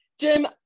Jim